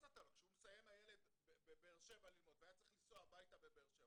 כשהוא מסיים ללמוד בבאר שבע והיה צריך לנסוע הביתה בבאר שבע,